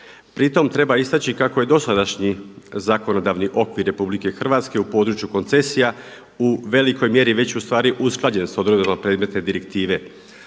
Pritom treba istaći kako je dosadašnji zakonodavni okvir RH u području koncesija u velikoj mjeri već u stvari usklađen sa odredbama predmetne direktive.